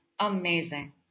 amazing